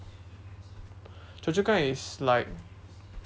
chua-chu-kang is like